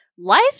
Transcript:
Life